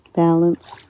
balance